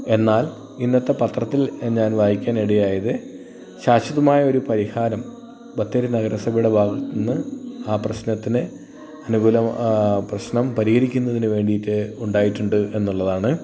എന്നാൽ ഇന്നത്തെ പത്രത്തിൽ ഞാൻ വായിക്കാൻ ഇടയായത് ശാശ്വതമായ ഒരു പരിഹാരം ബത്തേരി നഗരസഭയുടെ ഭാഗത്തു നിന്ന് ആ പ്രശ്നത്തിന് അനുകൂലം പ്രശ്നം പരിഹരിക്കുന്നതിന് വേണ്ടിയിട്ട് ഉണ്ടായിട്ടുണ്ട് എന്നുള്ളതാണ്